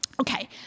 Okay